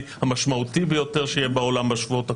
המשמעותי ביותר שיהיה בעולם בשבועות הקרובים.